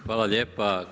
Hvala lijepo.